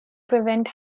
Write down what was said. prevent